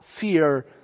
fear